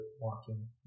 walking